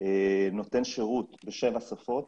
נותן שירות בשבע שפות,